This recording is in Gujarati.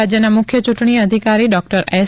રાજ્યના મુખ્ય ચૂંટણી અધિકારી ડોક્ટર એસ